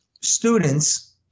students